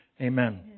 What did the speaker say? Amen